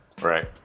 Right